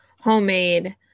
homemade